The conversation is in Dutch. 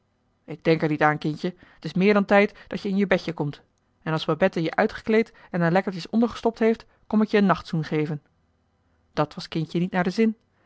ik denk er niet aan kindje t is meer dan tijd dat je in je bedje komt en als babette je uitgekleed en er lekkertjes ondergestopt heeft kom ik je een nachtzoen geven dat was kindje niet naar den zin